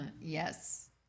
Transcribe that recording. Yes